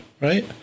right